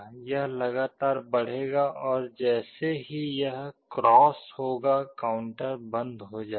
यह लगातार बढ़ेगा और जैसे ही यह क्रॉस होगा काउंटर बंद हो जाएगा